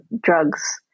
drugs